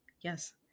Yes